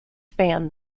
span